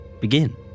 Begin